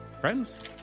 Friends